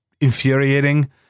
infuriating